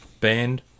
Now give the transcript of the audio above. band